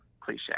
cliche